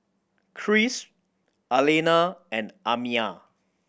Krish Alina and Amiah